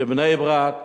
לבני-ברק,